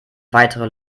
weitere